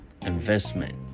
investment